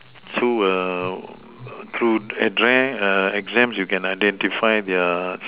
through a through at there err exams you can identify their